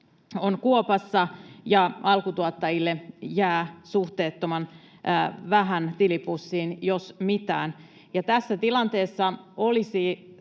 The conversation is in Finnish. on kuopassa ja alkutuottajille jää tilipussiin suhteettoman vähän, jos mitään. Tässä tilanteessa olisi